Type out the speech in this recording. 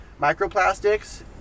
microplastics